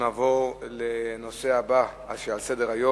הובא לידיעתי כי קיימת תוכנית להקמת חווה לזיקוק ולאחסון גז בחוף הכרמל,